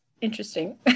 interesting